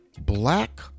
black